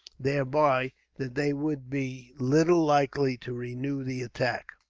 thereby, that they would be little likely to renew the attack.